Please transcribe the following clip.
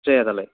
जायादालाय